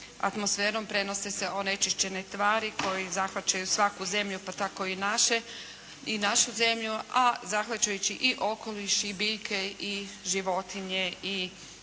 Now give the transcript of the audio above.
atmosferom prenose se onečišćene tvari koje zahvaćaju svaku zemlju, pa tako i našu zemlju, a zahvaćajući i okoliš i biljke i životinje i ljude.